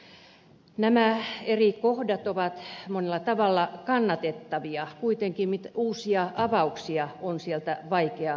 nämä eri kohdat ovat monella tavalla kannatettavia kuitenkin uusia avauksia on sieltä vaikea löytää